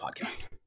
podcast